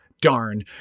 Darn